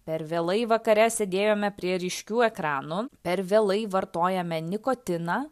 per vėlai vakare sėdėjome prie ryškių ekranų per vėlai vartojame nikotiną